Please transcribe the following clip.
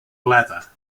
leather